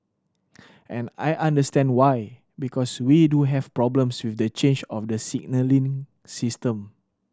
and I understand why because we do have problems with the change of the signalling system